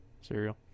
cereal